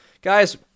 Guys